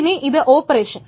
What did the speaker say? ഇനി ഇത് ഓപ്പറേഷൻ